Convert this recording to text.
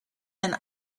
and